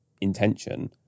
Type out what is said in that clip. intention